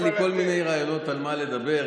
היו לי כל מיני רעיונות על מה לדבר,